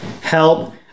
Help